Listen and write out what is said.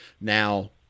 now